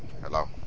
Hello